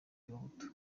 y’abahutu